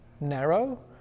narrow